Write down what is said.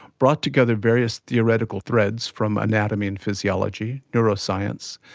brought together various theoretical threads from anatomy and physiology, neuroscience,